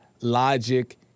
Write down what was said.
logic